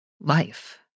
life